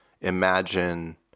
imagine